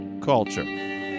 Culture